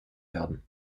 werden